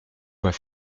voix